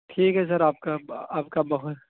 ٹھیک ہے سر آپ کا آپ کا بہت